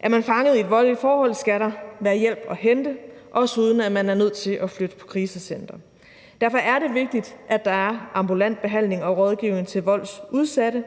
Er man fanget i et voldeligt forhold, skal der være hjælp at hente, også uden man er nødt til at flytte på krisecenter. Derfor er det vigtigt, at der er ambulant behandling og rådgivning til voldsudsatte